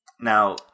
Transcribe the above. Now